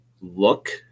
look